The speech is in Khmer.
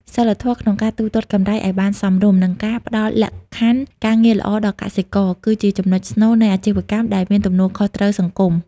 សីលធម៌ក្នុងការទូទាត់កម្រៃឱ្យបានសមរម្យ និងការផ្ដល់លក្ខខណ្ឌការងារល្អដល់កសិករ គឺជាចំណុចស្នូលនៃអាជីវកម្មដែលមានទំនួលខុសត្រូវសង្គម។